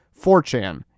4chan